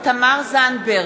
תמר זנדברג,